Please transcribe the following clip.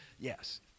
Yes